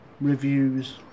reviews